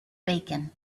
bacon